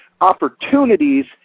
opportunities